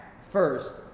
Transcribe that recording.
first